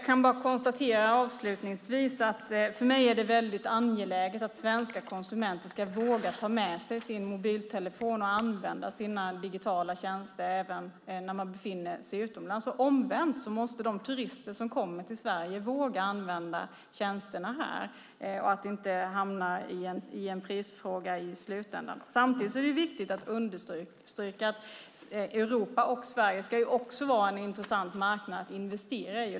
Herr talman! För mig är det väldigt angeläget att svenska konsumenter ska våga ta med sig sin mobiltelefon och använda sina digitala tjänster även när de befinner sig utomlands. Omvänt måste de turister som kommer till Sverige våga använda tjänsterna. Det får inte hamna i en prisfråga i slutändan. Samtidigt är det viktigt att understryka att Europa och Sverige ska vara en intressant marknad att investera i.